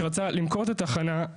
שרצה למכור את התחנה,